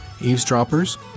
eavesdroppers